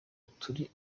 turi